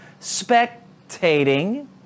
spectating